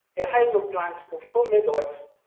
a hydro plant of four megawatts,